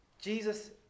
Jesus